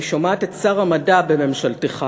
אני שומעת את שר המדע בממשלתך,